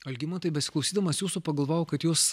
algimantai besiklausydamas jūsų pagalvojau kad jūs